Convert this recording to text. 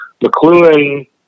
McLuhan